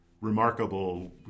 remarkable